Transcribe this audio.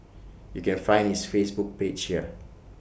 you can find his Facebook page here